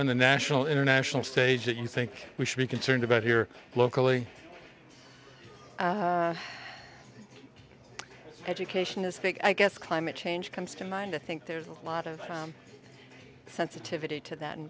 on the national international stage that you think we should be concerned about here locally education is big i guess climate change comes to mind i think there's a lot of sensitivity to that and